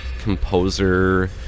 composer